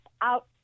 out